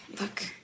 look